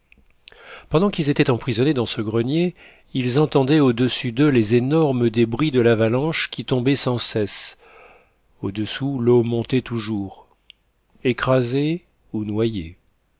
pendant qu'ils étaient emprisonnés dans ce grenier ils entendaient au-dessus d'eux les énormes débris de l'avalanche qui tombaient sans cesse au-dessous l'eau montait toujours écrasés ou noyés